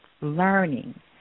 learning